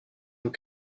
nous